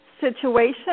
situation